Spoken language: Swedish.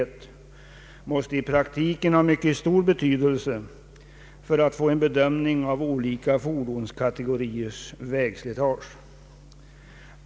Detta måste i praktiken ha mycket stor betydelse för att få en bedömning av olika fordonskategoriers vägslitage.